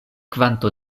kvanto